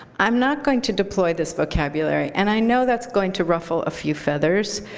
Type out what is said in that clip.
i'm not going to deploy this vocabulary, and i know that's going to ruffle a few feathers.